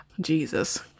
Jesus